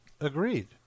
Agreed